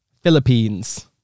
Philippines